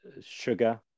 sugar